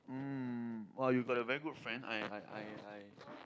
um !wah! you got a very good friend I I I I I